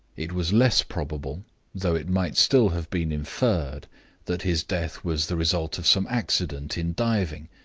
it was less probable though it might still have been inferred that his death was the result of some accident in diving,